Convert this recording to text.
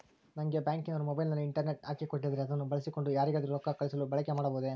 ನಂಗೆ ಬ್ಯಾಂಕಿನವರು ಮೊಬೈಲಿನಲ್ಲಿ ಇಂಟರ್ನೆಟ್ ಹಾಕಿ ಕೊಟ್ಟಿದ್ದಾರೆ ಅದನ್ನು ಬಳಸಿಕೊಂಡು ಯಾರಿಗಾದರೂ ರೊಕ್ಕ ಕಳುಹಿಸಲು ಬಳಕೆ ಮಾಡಬಹುದೇ?